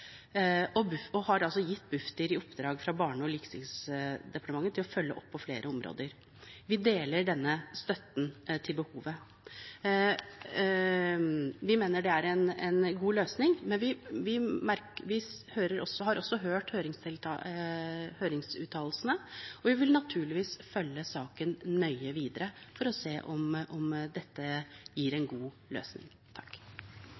i oppdrag fra Barne- og likestillingsdepartementet å følge opp på flere områder. Vi deler denne støtten for behovet for å styrke arbeidet. Vi mener det er en god løsning, men vi har også sett høringsuttalelsene, og vi vil naturligvis følge saken nøye videre for å se om dette gir